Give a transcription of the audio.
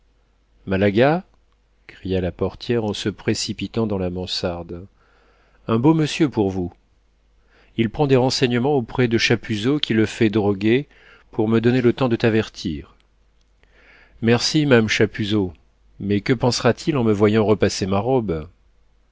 malaga cria la portière en se précipitant dans la mansarde un beau monsieur pour vous il prend des renseignements auprès de chapuzot qui le fait droguer pour me donner le temps de t'avertir merci mame chapuzot mais que pensera t il en me voyant repasser ma robe